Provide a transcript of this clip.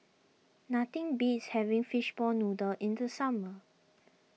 nothing beats having Fishball Noodle in the summer